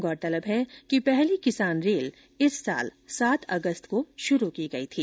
गौरतलब है कि पहली किसान रेल इस साल सात अगस्त को शुरू की गई थी